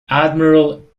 admiral